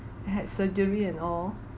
had surgery and all